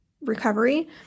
recovery